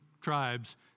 tribes